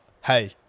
hey